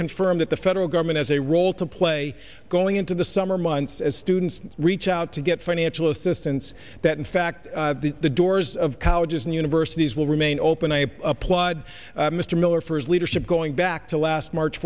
confirm that the federal government has a role to play going into the summer months as students reach out to get financial assistance that in fact the doors of colleges and universities will remain open i applaud mr miller for his leadership going back to last march